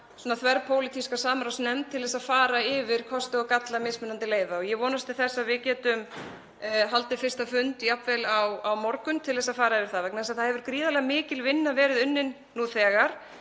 manna þverpólitíska samráðsnefnd til að fara yfir kosti og galla mismunandi leiða og ég vonast til þess að við getum haldið fyrsta fund jafnvel á morgun til að fara yfir það. Það hefur gríðarlega mikil vinna verið unnin nú þegar